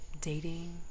dating